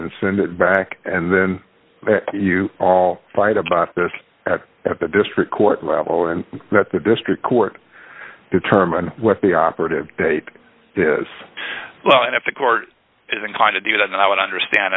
and send it back and then you all fight about this at the district court level and that the district court determine what the operative date is and if the court is inclined to do that and i would understand